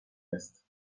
است